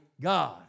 God